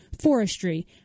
forestry